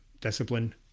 discipline